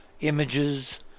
images